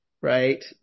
Right